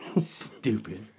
Stupid